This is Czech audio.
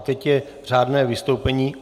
Teď je řádné vystoupení.